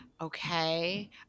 Okay